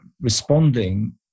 responding